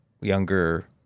younger